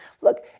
look